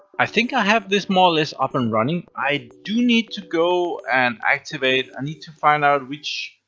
i think i have this more or less up and running. i do need to go and activate. i need to find out which,